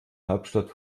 hauptstadt